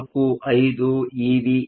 045 EV ಆಗಿದೆ